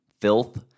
Filth